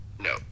No